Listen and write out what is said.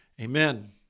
Amen